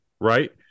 Right